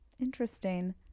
interesting